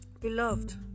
Beloved